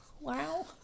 Wow